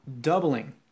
doubling